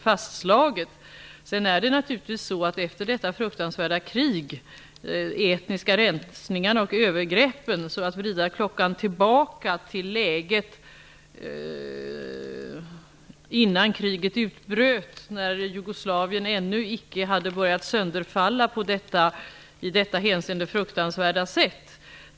Jag tror inte att någon ser det som en möjlighet att efter detta fruktansvärda krig med de etniska rensningarna och övergreppen vrida klockan tillbaka till det läge som var innan kriget utbröt, när Jugoslavien ännu icke hade börjat sönderfalla i detta hänseende fruktansvärda sätt.